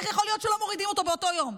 איך יכול להיות שלא מורידים אותו באותו יום?